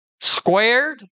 squared